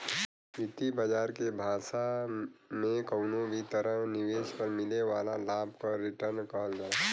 वित्त बाजार के भाषा में कउनो भी तरह निवेश पर मिले वाला लाभ क रीटर्न कहल जाला